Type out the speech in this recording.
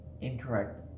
incorrect